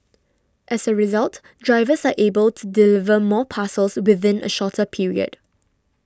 as a result drivers are able to deliver more parcels within a shorter period